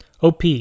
op